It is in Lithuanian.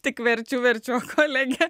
tik verčiu verčiu kolegė